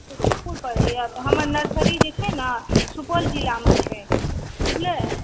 सुखपुर परैया तऽ हमर नर्सरी जे छै ने सुपौल ज़िलामे छै बुझलियै